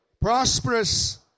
prosperous